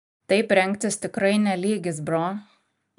taip rengtis tikrai ne lygis bro